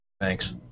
Thanks